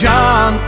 John